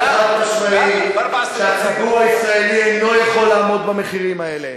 אתה יודע באופן חד-משמעי שהציבור הישראלי אינו יכול לעמוד במחירים האלה.